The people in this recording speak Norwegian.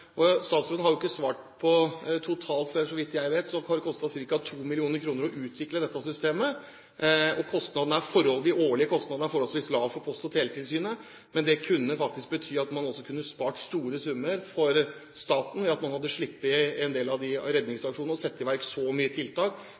har det, så vidt jeg vet, kostet ca. 2 mill. kr å utvikle dette systemet, og de årlige kostnadene er forholdsvis lave for Post- og teletilsynet. Det kunne faktisk bety at staten kunne spart store summer ved at man hadde sluppet en del av redningsaksjonene, og hadde sluppet å sette i gang så mange tiltak